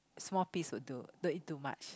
small piece will do don't eat too much